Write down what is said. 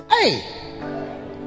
Hey